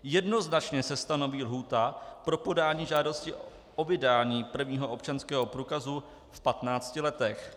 Jednoznačně se stanoví lhůta pro podání žádosti o vydání prvního občanského průkazu v patnácti letech.